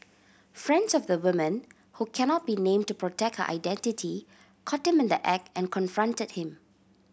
friends of the woman who cannot be name to protect her identity caught him in the act and confronted him